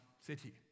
city